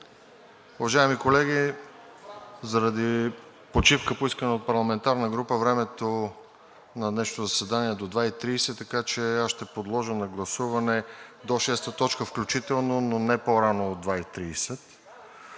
Уважаеми колеги, заради почивка, поискана от парламентарна група, времето на днешното заседание е до 14,30 ч., така че аз ще подложа на гласуване до шеста точка включително, но не по-рано от 14,30